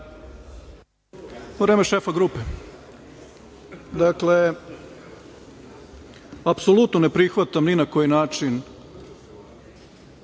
Vreme šefa grupe. Dakle, apsolutno ne prihvatam ni na koji način